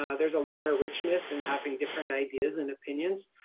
ah there's a lot of richness in having different ideas and opinions.